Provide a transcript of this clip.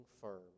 firm